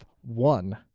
one